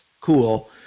cool